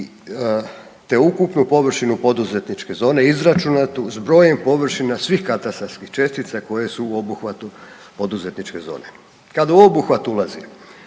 te ukupnu površinu poduzetničke zone izračunate s brojem površina svih katastarskih čestica koje su u obuhvatu poduzetničke zone. Kad u obuhvat ulazi